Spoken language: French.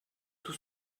tout